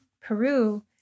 Peru